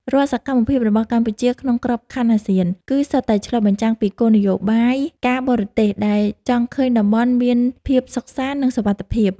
រាល់សកម្មភាពរបស់កម្ពុជាក្នុងក្របខ័ណ្ឌអាស៊ាន គឺសុទ្ធតែឆ្លុះបញ្ចាំងពីគោលនយោបាយការបរទេសដែលចង់ឃើញតំបន់មានភាពសុខសាន្ត និងសុវត្ថិភាព។